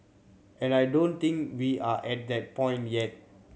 and I don't think we are at that point yet